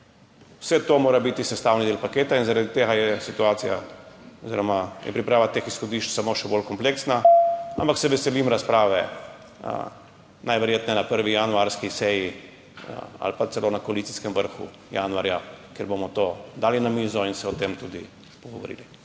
Vse to mora biti sestavni del paketa in zaradi tega je situacija oziroma je priprava teh izhodišč samo še bolj kompleksna, ampak se veselim razprave, najverjetneje na prvi januarski seji ali pa celo na koalicijskem vrhu januarja, kjer bomo to dali na mizo in se o tem tudi pogovorili.